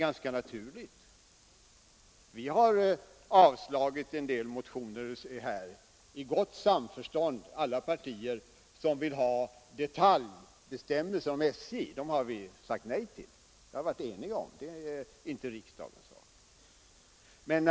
I utskottet har samtliga partier i gott samförstånd avstyrkt en del motioner som önskat detaljbestämmelser för SJ. Det har vi sagt nej till i utskottet och menar att det är inte riksdagens sak att utfärda sådana bestämmelser.